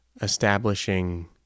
establishing